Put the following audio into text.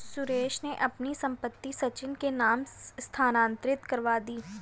सुरेश ने अपनी संपत्ति सचिन के नाम स्थानांतरित करवा दी